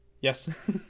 yes